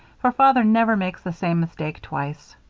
for father never makes the same mistake twice.